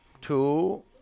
Two